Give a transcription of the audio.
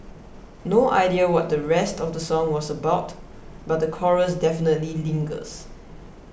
no idea what the rest of the song was about but the chorus definitely lingers